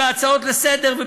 בהצעות לסדר-היום,